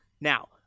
Now